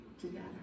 together